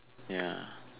ya